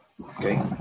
Okay